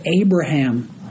Abraham